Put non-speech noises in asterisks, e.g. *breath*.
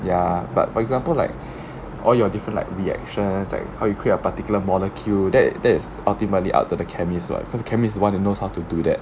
ya but for example like *breath* all your different like reactions like how you create a particular molecule that that is ultimately up to the chemist [what] cause chemist is the one who knows how to do that